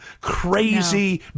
crazy